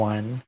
One